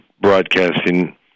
broadcasting